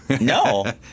no